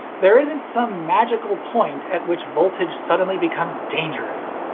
there isn't some magical point at which voltage suddenly becomes dangerous.